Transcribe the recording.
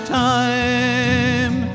time